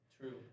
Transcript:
True